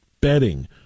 bedding